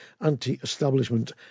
anti-establishment